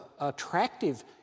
attractive